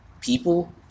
people